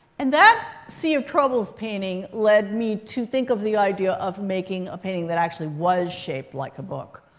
and that sea of troubles painting led me to think of the idea of making a painting that actually was shaped like a book.